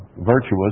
virtuous